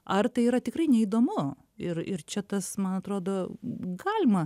ar tai yra tikrai neįdomu ir ir čia tas man atrodo galima